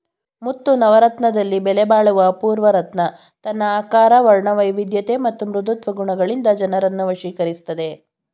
ಮುತ್ತು ನವರತ್ನದಲ್ಲಿ ಬೆಲೆಬಾಳುವ ಅಪೂರ್ವ ರತ್ನ ತನ್ನ ಆಕಾರ ವರ್ಣವೈವಿಧ್ಯತೆ ಮತ್ತು ಮೃದುತ್ವ ಗುಣಗಳಿಂದ ಜನರನ್ನು ವಶೀಕರಿಸ್ತದೆ